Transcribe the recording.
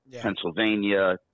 Pennsylvania